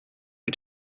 mit